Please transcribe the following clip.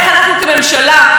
הרי הבת של הנרצחת,